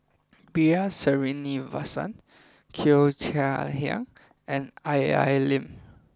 B R Sreenivasan Cheo Chai Hiang and Al Lim